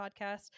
Podcast